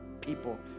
people